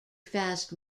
fast